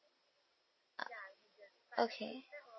okay